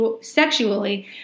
sexually